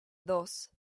dos